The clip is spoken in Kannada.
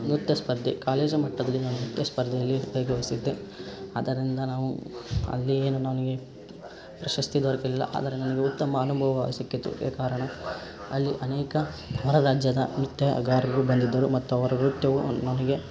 ನೃತ್ಯ ಸ್ಪರ್ದೆ ಕಾಲೇಜು ಮಟ್ಟದಲ್ಲಿ ನಾನು ನೃತ್ಯ ಸ್ಪರ್ಧೆಯಲ್ಲಿ ಭಾಗವಹಿಸಿದ್ದೆ ಅದರಿಂದ ನಾವು ಅಲ್ಲಿ ಏನು ನನಗೆ ಪ್ರಶಸ್ತಿ ದೊರಕಿಲ್ಲ ಆದರೆ ನನಗೆ ಉತ್ತಮ ಅನುಭವ ಸಿಕ್ಕಿತ್ತು ಈ ಕಾರಣ ಅಲ್ಲಿ ಅನೇಕ ಹೊರ ರಾಜ್ಯದ ನೃತ್ಯಗಾರರು ಬಂದಿದ್ದರು ಮತ್ತು ಅವರು ನೃತ್ಯವು ನನಗೆ